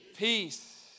Peace